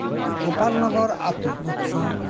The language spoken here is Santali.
ᱜᱳᱯᱟᱞ ᱱᱚᱜᱚᱨ ᱟᱹᱛᱳ